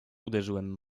uderzyłem